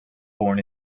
born